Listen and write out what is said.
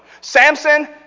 Samson